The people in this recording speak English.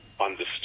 understood